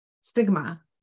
stigma